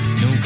no